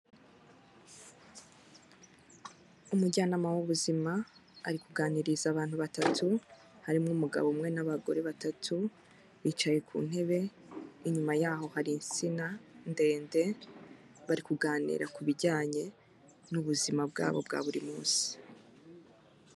Umujyanama w'ubuzima, ari kuganiriza abantu batatu, harimo umugabo umwe n'abagore batatu, bicaye ku ntebe, inyuma yaho hari insina ndende, bari kuganira ku bijyanye n'ubuzima bwabo bwa buri munsi.